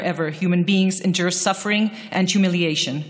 human beings endure suffering and humiliation.